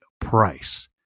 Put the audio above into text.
price